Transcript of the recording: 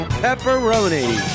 pepperoni